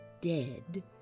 dead